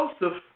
Joseph